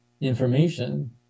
information